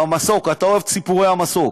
אתה אוהב סיפורי המסוק.